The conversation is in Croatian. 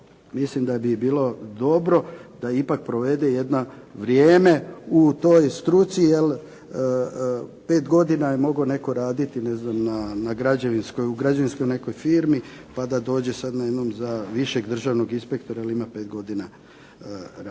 Mislim da bi bilo dobro da provede jedno vrijeme u toj struci, jer pet godina je mogao netko raditi ne znam na građevinskoj, u građevinskoj nekoj firmi, pa da dođe sad najednom za višeg državnog inspektora jer ima pet godina rada